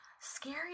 scary